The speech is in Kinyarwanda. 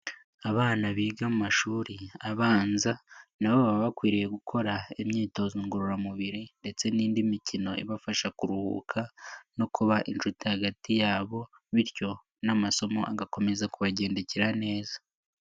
Abana biga mu amashuri abanza na bo baba bakwiriye gukora imyitozo ngororamubiri ndetse n'indi mikino ibafasha kuruhuka no kuba inshuti hagati yabo, bityo n'amasomo agakomeza kubagendekera neza.